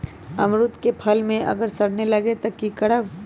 अमरुद क फल म अगर सरने लगे तब की करब?